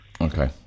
Okay